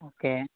okay